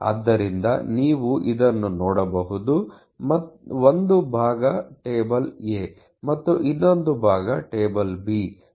ಆದ್ದರಿಂದ ನೀವು ಇದನ್ನು ನೋಡಬಹುದು ಒಂದು ಭಾಗ ಟೇಬಲ್ A ಮತ್ತು ಇನ್ನೊಂದು ಭಾಗ ಟೇಬಲ್ B